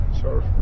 sure